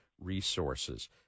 resources